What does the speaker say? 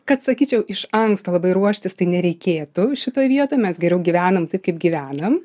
kad sakyčiau iš anksto labai ruoštis tai nereikėtų šitoj vietoj mes geriau gyvenam taip kaip gyvenam